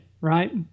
right